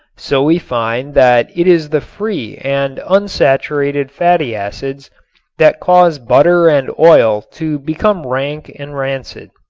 so we find that it is the free and unsaturated fatty acids that cause butter and oil to become rank and rancid.